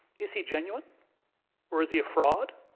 is he genuine or is he a fraud?